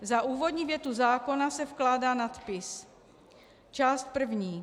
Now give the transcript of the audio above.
Za úvodní větu zákona se vkládá nadpis: Část první.